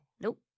Nope